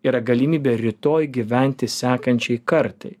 yra galimybė rytoj gyventi sekančiai kartai